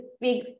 big